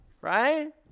right